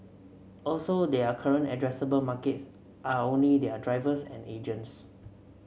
also their current addressable markets are only their drivers and agents